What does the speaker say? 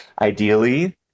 ideally